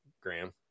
Graham